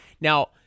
Now